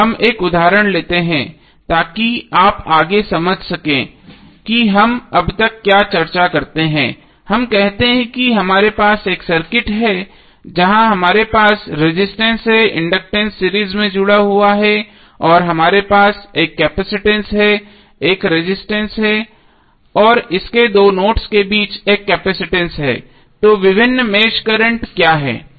अब हम एक उदाहरण लेते हैं ताकि आप आगे समझ सकें कि हम अब तक क्या चर्चा करते हैं हम कहते हैं कि हमारे पास एक सर्किट है जहां हमारे पास रेजिस्टेंस है इंडक्टेंस सीरीज में जुड़ा हुआ है और हमारे पास एक केपसिटंस है एक रेजिस्टेंस है और इस दो नोड्स के बीच एक केपसिटंस है तो विभिन्न मेष कर्रेंटस क्या हैं